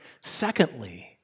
Secondly